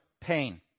pain